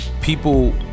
people